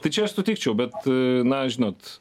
čia aš sutikčiau bet na žinot